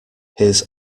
his